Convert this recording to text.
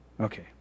okay